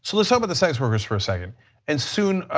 so let's ah but the sex workers for a second and soon,